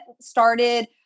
started